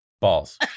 Balls